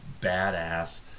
badass